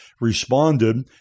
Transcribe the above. responded